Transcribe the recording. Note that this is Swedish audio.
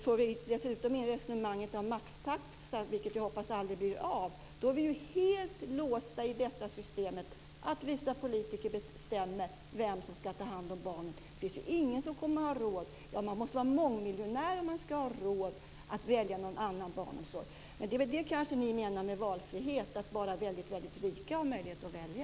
För vi dessutom in resonemanget om maxtaxa - som jag hoppas aldrig blir av - är vi helt låsta i detta system att vissa politiker bestämmer vem som ska ta hand om barnen. Man måste vara mångmiljonär om man ska ha råd att välja någon annan barnomsorg. Det är kanske det ni menar med valfrihet, att bara väldigt rika har möjlighet att välja.